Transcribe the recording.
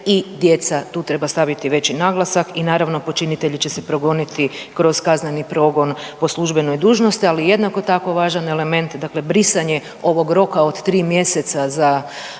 i djeca, tu treba staviti veći naglasak i naravno počinitelje će se progoniti kroz kazneni progon po službenoj dužnosti, ali jednako tako važan element brisanje ovog roka od tri mjeseca za